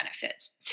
benefits